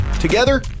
together